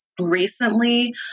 Recently